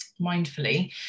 mindfully